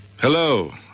Hello